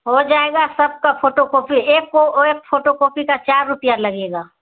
ہو جائے گا سب کا فوٹو کاپی ایک ایک فوٹو کاپی کا چار روپیہ لگے گا